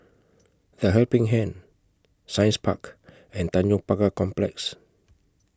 The Helping Hand Science Park and Tanjong Pagar Complex